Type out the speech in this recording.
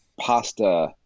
pasta